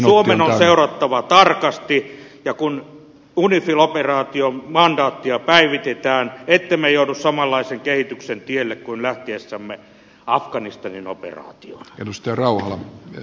suomen on seurattava tarkasti kun unifil operaation mandaattia päivitetään ettemme joudu samanlaisen kehityksen tielle kuin lähtiessämme afganistanin operaatioon